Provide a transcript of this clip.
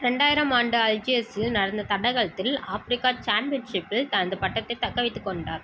ரெண்டாயிரம் ஆண்டு அல்ஜியர்ஸில் நடந்த தடகளத்தில் ஆப்ரிக்கா சாம்பியன்ஷிப்பில் தனது பட்டத்தை தக்க வைத்துக் கொண்டார்